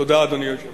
תודה, אדוני היושב-ראש.